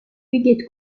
huguette